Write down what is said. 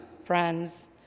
friends